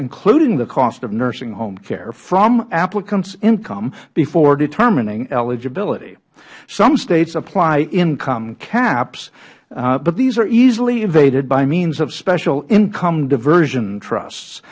including the cost of nursing home care from applicants income before determining eligibility some states apply income caps but these are easily evaded by means of special income diversion trust